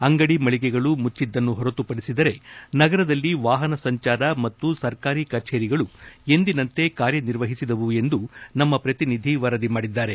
ಅಂಗಡಿ ಮಳಿಗೆಗಳು ಮುಚ್ಚಿದ್ದನ್ನು ಹೊರತುಪಡಿಸಿದರೆ ನಗರದಲ್ಲಿ ವಾಹನ ಸಂಜಾರ ಮತ್ತು ಸರ್ಕಾರಿ ಕಚೇರಿಗಳು ಎಂದಿನಂತೆ ಕಾರ್ಯನಿರ್ವಹಿಸಿದವು ಎಂದು ನಮ್ಮ ಪ್ರತಿನಿಧಿ ವರದಿ ಮಾಡಿದ್ದಾರೆ